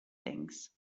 things